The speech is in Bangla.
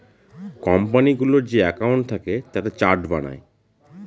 কোম্পানিগুলোর যে একাউন্ট থাকে তাতে চার্ট বানায়